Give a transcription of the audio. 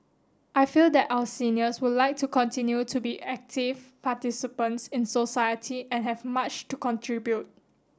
I feel that our seniors would like to continue to be active participants in society and have much to contribute